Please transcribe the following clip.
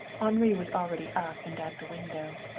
henri was already up and at the window.